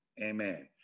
Amen